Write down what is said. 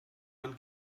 man